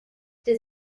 does